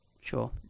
Sure